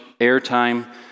airtime